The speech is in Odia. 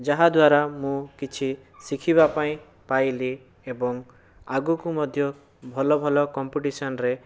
ଯାହାଦ୍ୱାରା ମୁଁ କିଛି ଶିଖିବା ପାଇଁ ପାଇଲି ଏବଂ ଆଗକୁ ମଧ୍ୟ ଭଲ ଭଲ କମ୍ପିଟିସନରେ